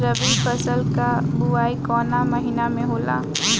रबी फसल क बुवाई कवना महीना में होला?